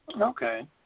Okay